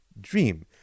dream